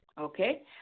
okay